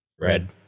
Red